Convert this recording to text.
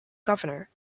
governor